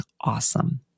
awesome